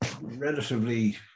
relatively